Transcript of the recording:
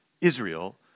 Israel